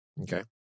Okay